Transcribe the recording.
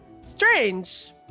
strange